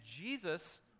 Jesus